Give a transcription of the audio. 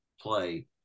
play